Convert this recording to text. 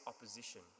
opposition